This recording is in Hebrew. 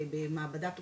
במעבדת טוקסיקולוגית,